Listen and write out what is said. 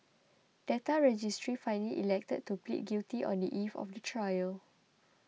data register finally elected to plead guilty on the eve of the trial